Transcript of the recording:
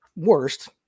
worst